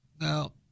Now